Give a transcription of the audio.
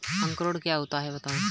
अंकुरण क्या होता है बताएँ?